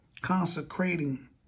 Consecrating